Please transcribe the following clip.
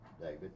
david